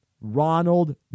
Ronald